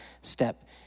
step